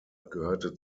gehörte